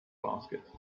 basket